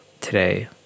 today